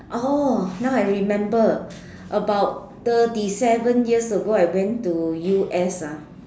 oh now I remember about thirty seven years ago I went to u_s ah